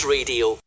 Radio